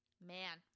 Man